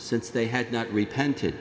since they had not repented